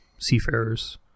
seafarers